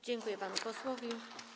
Dziękuję panu posłowi.